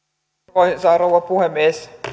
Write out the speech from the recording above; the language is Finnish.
arvoisa rouva puhemies